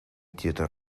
theatre